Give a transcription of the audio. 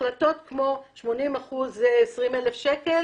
החלטות כמו 80% שמקבלים 20,000 שקל